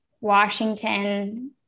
Washington